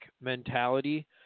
mentality